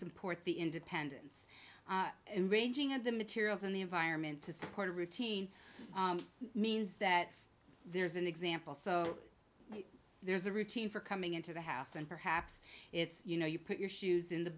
support the independence and arranging of the materials and the environment to support a routine means that there's an example so there's a routine for coming into the house and perhaps it's you know you put your shoes in the